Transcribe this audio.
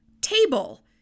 table